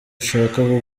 ushaka